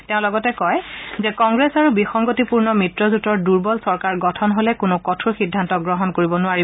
তেওঁ লগতে কয় যে কংগ্ৰেছ আৰু বিসংগতিপূৰ্ণ মিত্ৰজোঁটৰ দুৰ্বল চৰকাৰ গঠন হ'লে কোনো কঠোৰ সিদ্ধান্ত গ্ৰহণ কৰিব নোৱাৰে